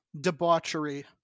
debauchery